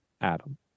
Adam